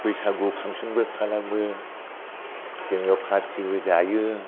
बैसागु फांसनबो खालामो जोङो पारटिबो जायो